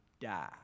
die